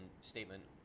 statement